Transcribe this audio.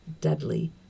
deadly